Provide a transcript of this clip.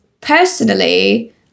personally